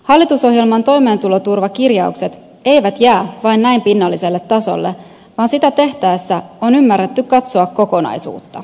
hallitusohjelman toimeentuloturvakirjaukset eivät jää vain näin pinnalliselle tasolle vaan sitä tehtäessä on ymmärretty katsoa kokonaisuutta